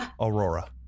Aurora